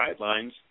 guidelines